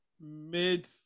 mid